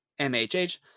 MHH